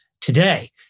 today